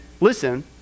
listen